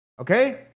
okay